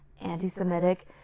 anti-Semitic